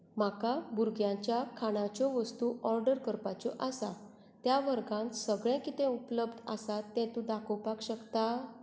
म्हाका भुरग्यांच्या खाणाच्यो वस्तू ऑर्डर करपाच्यो आसात त्या वर्गांत सगळें कितें उपलब्ध आसा तें तूं दाखोवपाक शकता